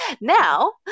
now